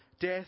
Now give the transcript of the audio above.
Death